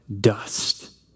dust